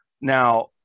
now